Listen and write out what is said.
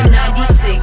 96